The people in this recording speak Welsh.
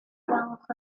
gwelwch